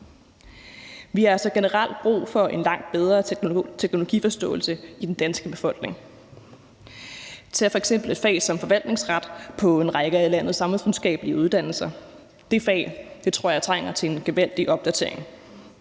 Vi har altså generelt brug for en langt bedre teknologiforståelse i den danske befolkning. Tag f.eks. et fag som forvaltningsret på en række af landets samfundsvidenskabelige uddannelser – det fag tror jeg trænger til en gevaldig opdatering